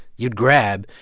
you'd grab.